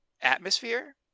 atmosphere